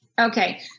Okay